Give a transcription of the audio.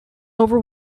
over